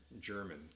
German